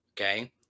okay